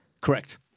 Correct